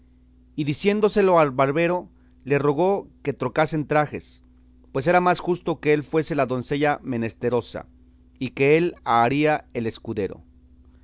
y diciéndoselo al barbero le rogó que trocasen trajes pues era más justo que él fuese la doncella menesterosa y que él haría el escudero